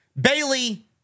Bailey